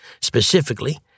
Specifically